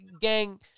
gang